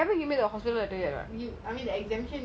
what if they give you all this but you haven't get the exemption